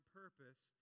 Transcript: purpose